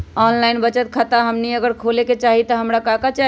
Online बचत खाता हमनी अगर खोले के चाहि त हमरा का का चाहि?